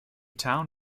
town